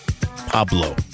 Pablo